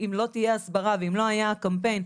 אם לא תהיה הסברה ואם לא יהיה הקמפיין,